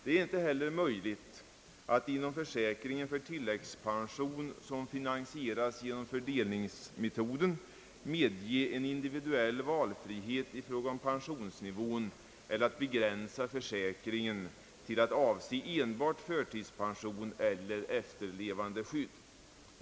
Det är inte heller möjligt att inom försäkringen för tilläggspension som finansieras enligt fördelningsmetoden, medgiva en individuell valfrihet i fråga om pensionsnivån eller att begränsa försäkringen till att avse enbart förtidspension eller efterlevandeskydd.